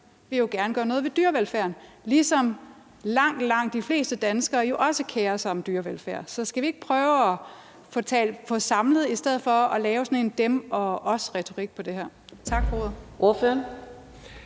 her, som gerne vil gøre noget ved dyrevelfærden, ligesom langt, langt de fleste danskere jo også kerer sig om dyrevelfærd. Så skal vi ikke prøve at samle os i stedet for at lave sådan en dem og os-retorik på det her